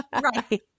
Right